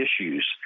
issues